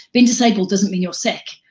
being disabled doesn't mean you're sick.